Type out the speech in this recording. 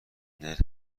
نرخ